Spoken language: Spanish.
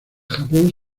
japón